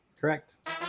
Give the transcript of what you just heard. Correct